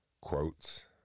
quotes